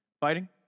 Fighting